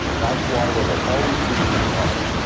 that's why there will always be new art.